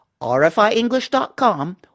rfienglish.com